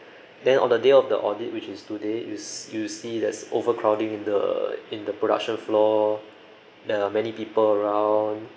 then on the day of the audit which is today you you see there's overcrowding in the in the production floor there are many people around